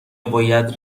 باید